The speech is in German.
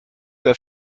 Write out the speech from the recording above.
der